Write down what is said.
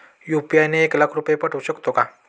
UPI ने एक लाख रुपये पाठवू शकतो का?